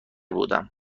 بودم